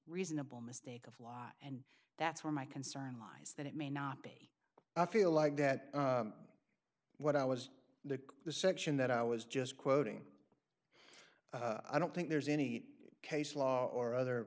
reasonable mistake and that's where my concern lies that it may not be i feel like that what i was the the section that i was just quoting i don't think there's any case law or other